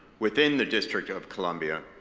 within the district of columbia,